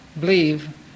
believe